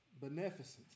Beneficence